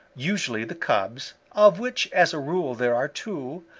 usually the cubs, of which as a rule there are two,